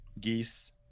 Geese